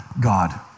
God